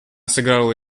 сыграла